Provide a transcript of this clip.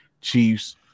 Chiefs